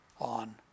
on